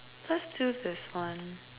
let's do this one